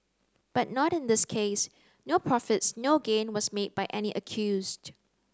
but not in this case no profits no gain was made by any accused